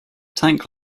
tank